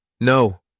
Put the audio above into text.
No